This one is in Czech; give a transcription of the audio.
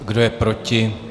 Kdo je proti?